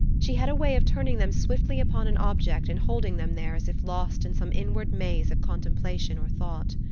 she had a way of turning them swiftly upon an object and holding them there as if lost in some inward maze of contemplation or thought.